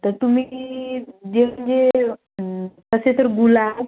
तर तुम्ही ती तसे तर गुलाब